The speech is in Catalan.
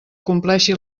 compleixi